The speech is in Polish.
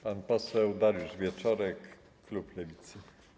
Pan poseł Dariusz Wieczorek, klub Lewicy.